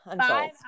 Five